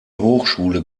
hochschule